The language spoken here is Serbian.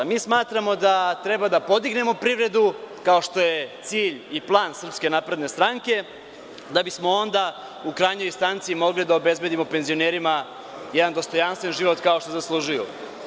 Mi smatramo da treba da podignemo privredu, kao što je cilj i plan SNS, da bismo onda u krajnjoj instanci mogli da obezbedimo penzionerima jedan dostojanstven život kao što zaslužuju.